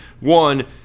One